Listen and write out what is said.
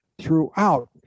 throughout